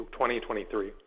2023